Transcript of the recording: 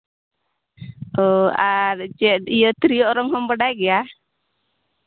ᱦᱮᱸ ᱟᱨ ᱪᱮᱫ ᱤᱭᱟᱹ ᱛᱤᱨᱭᱳ ᱚᱨᱚᱝ ᱦᱚᱢ ᱵᱟᱰᱟᱭ ᱜᱮᱭᱟ